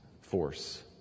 force